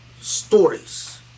stories